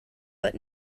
but